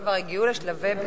בתים שכבר הגיעו לשלבי בנייה?